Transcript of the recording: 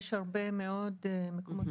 יש הרבה מאוד מקומות